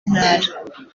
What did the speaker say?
ntara